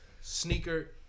sneaker